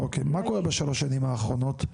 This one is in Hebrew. מה קורה בשלוש השנים האחרונות?